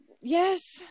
Yes